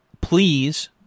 Please